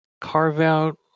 carve-out